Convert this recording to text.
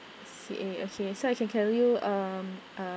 C A okay so I can call you um uh